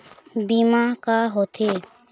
बीमा का होते?